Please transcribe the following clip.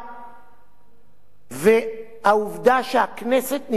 והעובדה שהכנסת נמנעה מלעשות את זה עד היום,